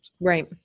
Right